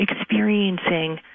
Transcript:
experiencing